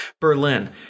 Berlin